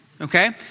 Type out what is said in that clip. okay